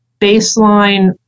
baseline